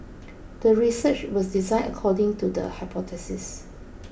the research was designed according to the hypothesis